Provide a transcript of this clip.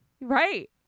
Right